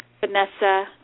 Vanessa